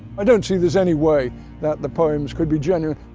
i don't see there's any way that the poems could be genuine.